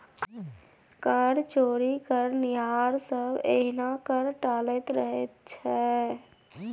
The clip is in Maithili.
कर चोरी करनिहार सभ एहिना कर टालैत रहैत छै